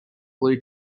blue